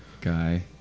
guy